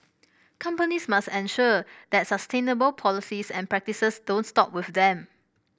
companies must ensure that sustainable policies and practices don't stop with them